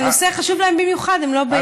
כשהנושא חשוב להם במיוחד הם לא באים, כן.